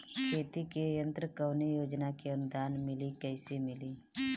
खेती के यंत्र कवने योजना से अनुदान मिली कैसे मिली?